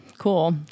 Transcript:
cool